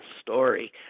story